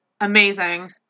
Amazing